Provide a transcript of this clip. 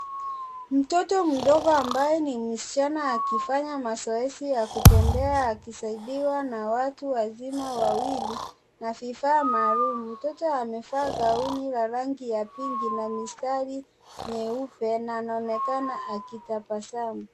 Mtoto mdogo ambaye ni msichana akifanya mazoezi ya kutembea akisaidiwa na watu wazima wawili na vifaa maalum mtoto amevaa gauni la rangi ya pink na mistari nyeupe na anaonekana akitabasamu.